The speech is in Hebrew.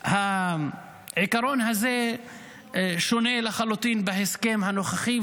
העיקרון הזה שונה לחלוטין בהסכם הנוכחי.